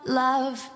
love